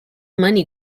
money